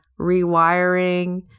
rewiring